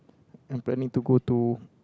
I'm planning to go to